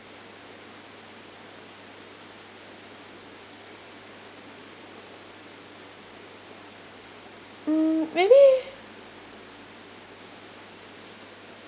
mm maybe